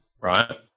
right